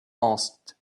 asked